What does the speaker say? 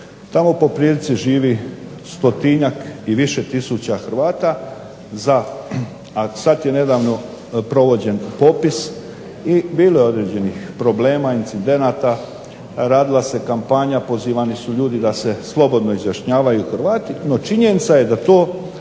tamo po prilici živi 100-tinjak i više tisuća Hrvata i sada je nedavno provođen popis i bilo je određenih problema, incidenata, radila se kampanja, pozivani su ljudi da se slobodno izjašnjavaju, Hrvati, no činjenica je da to